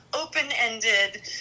open-ended